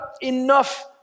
enough